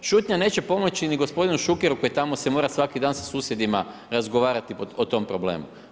Šutnja neće pomoći ni gospodinu Šukeru koji tamo se mora svaki dan sa susjedima razgovarati o tom problemu.